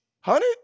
honey